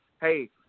hey